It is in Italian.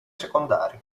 secondari